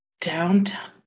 downtown